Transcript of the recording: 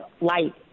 light